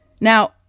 Now